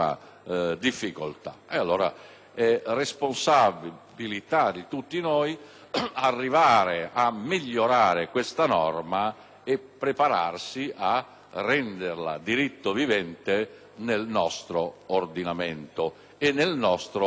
responsabilità di tutti noi arrivare a migliorare questa norma e prepararsi a renderla diritto vivente nel nostro ordinamento e nel nostro sistema sociale.